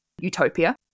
utopia